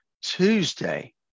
Tuesday